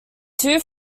two